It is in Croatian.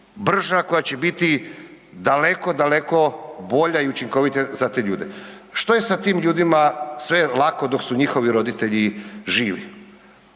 brža, koja će biti daleko, daleko bolja i učinkovitija za te ljude. Što je sa tim ljudima, sve je lako dok su njihovi roditelji živi